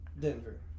Denver